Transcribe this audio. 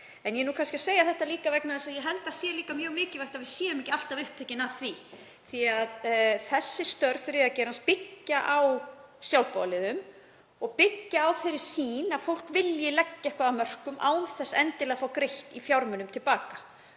Ég er kannski líka að segja þetta vegna þess að ég held að það sé mjög mikilvægt að við séum ekki alltaf upptekin af því; þessi störf þriðja geirans byggja á sjálfboðaliðum og byggja á þeirri sýn að fólk vilji leggja eitthvað af mörkum án þess endilega að fá greitt í fjármunum til baka.